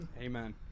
Amen